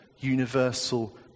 universal